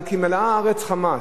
על "כי מלאה הארץ חמס".